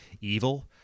evil